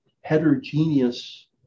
heterogeneous